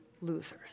losers